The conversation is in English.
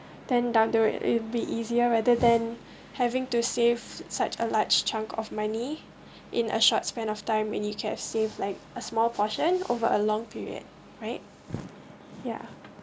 then down the road it'll be easier rather than having to save such a large chunk of money in a short span of time and you can save like a small portion over a long period right ya